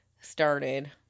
started